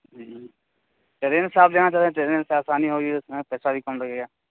ہوں ٹرین سے آپ جانا چاہیں ٹرین سے آسانی ہوگی اس میں پیسہ بھی کم لگے گا